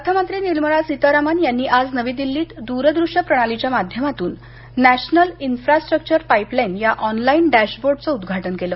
अर्थमंत्री निर्मला सीतारामन यांनी आज नवी दिल्लीत दूर दृष्य प्रणालीच्या माध्यमातून नॅशनल इन्फ्रास्ट्रक्चर पाइपलाइन या ऑनलाईन डॅशबोर्डच उद्घाटन केलं